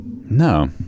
No